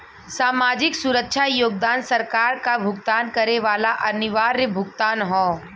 सामाजिक सुरक्षा योगदान सरकार क भुगतान करे वाला अनिवार्य भुगतान हौ